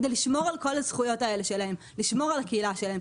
כדי לשמור על כל הזכויות שלהם ועל הקהילה שלהם.